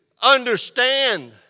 understand